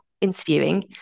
interviewing